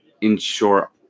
ensure